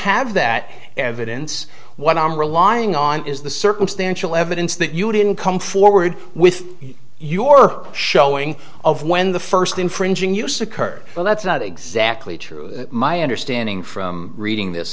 have that evidence what i'm relying on is the circumstantial evidence that you didn't come forward with your showing of when the first infringing use occurred well that's not exactly true my understanding from reading this